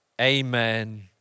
amen